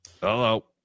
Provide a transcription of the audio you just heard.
Hello